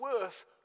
worth